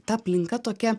ta aplinka tokia